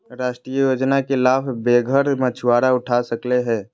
राष्ट्रीय योजना के लाभ बेघर मछुवारा उठा सकले हें